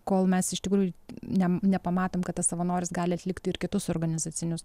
kol mes iš tikrųjų ne nepamatom kad tas savanoris gali atlikti ir kitus organizacinius